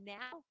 now